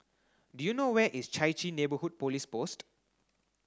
do you know where is Chai Chee Neighbourhood Police Post